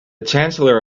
chancellor